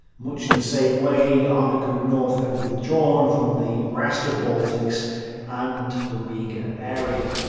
much in the same way army group north had withdrawn from the rest of the baltics and the riga area.